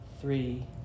three